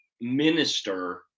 minister